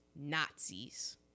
nazis